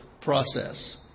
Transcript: process